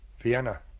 Vienna